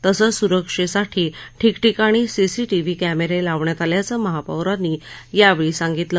तसंच सुरक्षेसाठी ठिकठिकाणी सीसीटिव्ही कॅमेरे लावण्यात आल्याचं महापौरांनी यावेळी सांगितलं